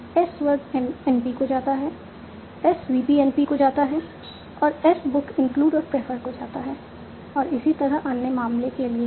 S verb NP को जाता है S VP NP को जाता है और S बुक इंक्लूड और प्रेफर को जाता है और इसी तरह अन्य मामले के लिए भी